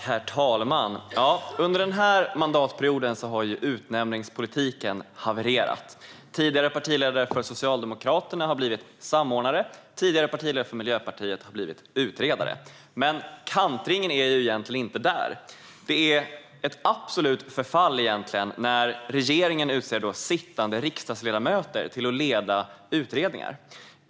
Herr talman! Under den här mandatperioden har utnämningspolitiken havererat. Tidigare partiledare för Socialdemokraterna har blivit samordnare, och tidigare partiledare för Miljöpartiet har blivit utredare. Men kantringen ligger egentligen inte där. Det är ett absolut förfall när regeringen utser sittande riksdagsledamöter till att leda utredningar.